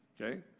Okay